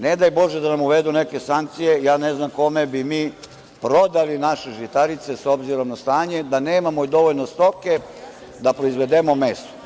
Ne daj Bože da nam uvedu neke sankcije, ne znam kome bi mi prodali naše žitarice, s obzirom na stanje da nemamo dovoljno stoke da proizvedemo meso.